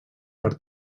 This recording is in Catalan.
per